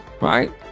right